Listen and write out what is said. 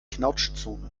knautschzone